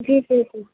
جی جی جی